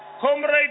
Comrade